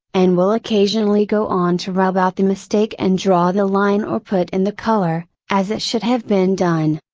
and will occasionally go on to rub out the mistake and draw the line or put in the color, as it should have been done.